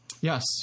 Yes